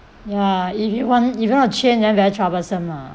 ya if you want if you want to change then very troublesome mah